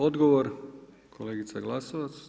Odgovor kolegica Glasovac.